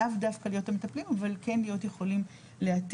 לאו דווקא להיות המטפלים אבל כן להיות יכולים לאתר.